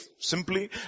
simply